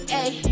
ayy